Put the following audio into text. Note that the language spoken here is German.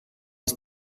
ist